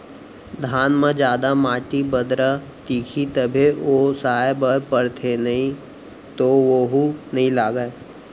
धान म जादा माटी, बदरा दिखही तभे ओसाए बर परथे नइ तो वोहू नइ लागय